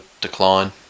decline